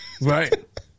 Right